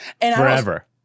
Forever